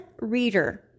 reader